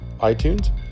iTunes